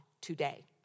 today